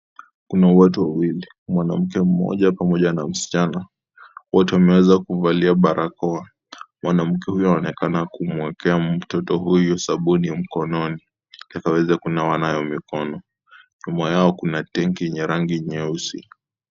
Kuna watu wawili, mwanamke mmoja pamoja na msichana, wote wameweza kuvalia barakoa. Mwanamke huyu anaonekana kumwekea mtoto huyu sabuni mkononi akaweze kunawa nayo mikono. Nyuma yao kuna tenki yenye rangi nyeusi.